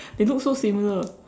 they look so similar